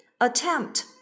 Attempt